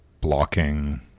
blocking